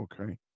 Okay